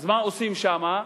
אז מה עושים שם?